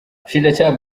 ubushinjacyaha